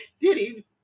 Diddy